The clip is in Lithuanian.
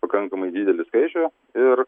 pakankamai didelį skaičių ir